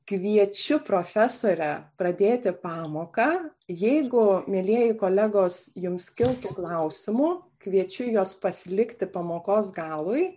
kviečiu profesorę pradėti pamoką jeigu mielieji kolegos jums kiltų klausimų kviečiu juos pasilikti pamokos galui